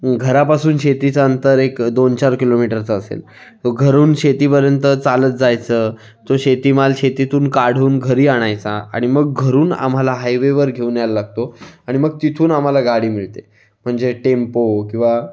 घरापासून शेतीचं अंतर एक दोन चार किलोमीटरचं असेल घरून शेतीपर्यंत चालत जायचं तो शेतीमाल शेतीतून काढून घरी आणायचा आणि मग घरून आम्हाला हायवेवर घेऊन यायला लागतो आणि मग तिथून आम्हाला गाडी मिळते म्हणजे टेम्पो किंवा